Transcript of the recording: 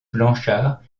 blanchard